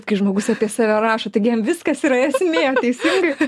kai žmogus apie save rašo taigi jam viskas yra esmė teisingai